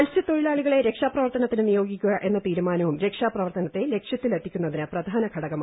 മത്സ്യതൊഴിലാളികളെ രക്ഷാ പ്രവർത്തനത്തിന് നിയോഗിക്കുക എന്ന തീരുമാനവും രക്ഷാ പ്രവർത്തനത്തെ ലക്ഷ്യത്തിലേക്കെത്തിക്കുന്നതിന് പ്രധാന ഘടകമായി